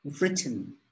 written